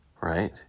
right